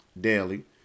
daily